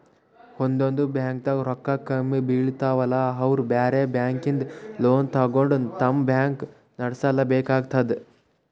ಒಂದೊಂದ್ ಬ್ಯಾಂಕ್ದಾಗ್ ರೊಕ್ಕ ಕಮ್ಮಿ ಬೀಳ್ತಾವಲಾ ಅವ್ರ್ ಬ್ಯಾರೆ ಬ್ಯಾಂಕಿಂದ್ ಲೋನ್ ತಗೊಂಡ್ ತಮ್ ಬ್ಯಾಂಕ್ ನಡ್ಸಲೆಬೇಕಾತದ್